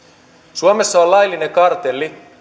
suomessa on laillinen kartelli